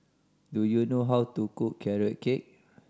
do you know how to cook Carrot Cake